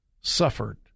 suffered